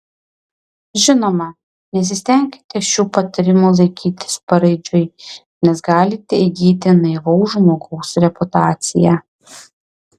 žinoma nesistenkite šių patarimų laikytis paraidžiui nes galite įgyti naivaus žmogaus reputaciją